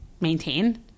maintain